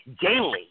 daily